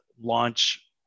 launch